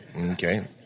Okay